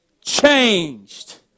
changed